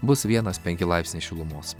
bus vienas penki laipsniai šilumos